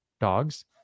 dogs